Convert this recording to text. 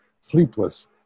sleepless